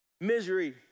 misery